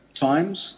times